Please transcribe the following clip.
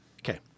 Okay